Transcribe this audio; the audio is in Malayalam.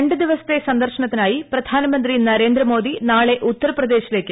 രണ്ടുദിവസത്തെ സന്ദർശനത്തിനായി പ്രധാനമന്ത്രി നരേന്ദ്രമോദി നാളെ ഉത്തർപ്രദേശിലേക്ക് പോകും